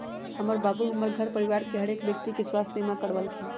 हमर बाबू हमर घर परिवार के हरेक व्यक्ति के स्वास्थ्य बीमा करबलखिन्ह